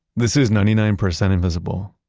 this is ninety nine percent invisible.